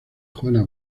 juana